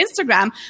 Instagram